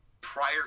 prior